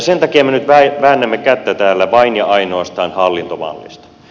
sen takia me nyt väännämme kättä täällä vain ja ainoastaan hallintomallista